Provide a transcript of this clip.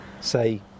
say